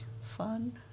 fun